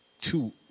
two